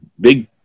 big